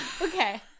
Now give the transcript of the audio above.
okay